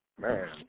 Man